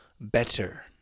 better